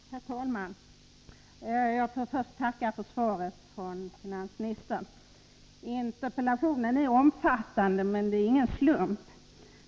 Herr talman! Jag får först tacka för svaret från finansministern. Interpellationen är omfattande, men det är ingen slump.